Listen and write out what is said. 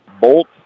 Bolt